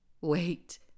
Wait